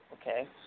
Okay